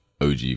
OG